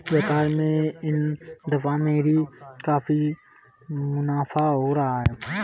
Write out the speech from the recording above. व्यापार में इस दफा मेरा काफी मुनाफा हो रहा है